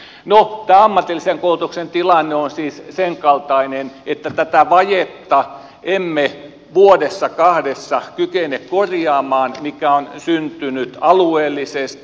no tämä ammatillisen koulutuksen tilanne on siis senkaltainen että tätä vajetta emme vuodessa kahdessa kykene korjaamaan mikä on syntynyt alueellisesti